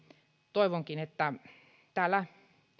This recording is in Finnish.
toivonkin että täällä